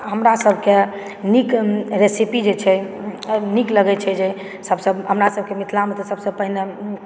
हमरा सबकेँ नीक रेसीपी जे छै अब नीक लगै छै जे सबसँ हमरा सबके मिथिलामे तऽ सबसँ पहिने